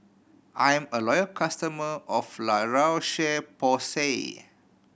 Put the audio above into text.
I'm a loyal customer of La Roche Porsay